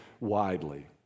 widely